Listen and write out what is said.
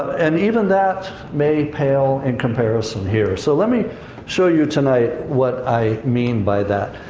and even that may pale in comparison here. so let me show you tonight what i mean by that.